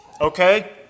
Okay